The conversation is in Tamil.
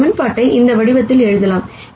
இந்த சமன்பாட்டை இந்த வடிவத்திலும் எழுதலாம்